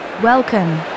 Welcome